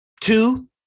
two